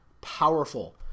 powerful